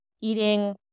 eating